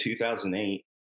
2008